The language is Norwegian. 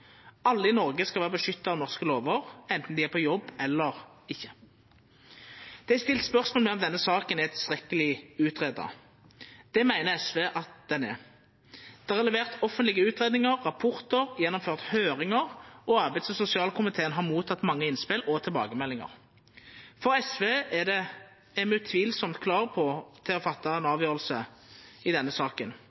Alle i Noreg skal vera beskytta av norske lovar, anten dei er på jobb eller ikkje. Det er stilt spørsmål om denne saka er tilstrekkeleg utgreidd. Det meiner SV at den er. Det er levert offentlege utgreiingar og rapportar og gjennomført høyringar, og arbeids- og sosialkomiteen har motteke mange innspel og tilbakemeldingar. I SV er me utvilsamt klare til å fatta ei avgjerd i denne saka,